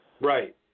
Right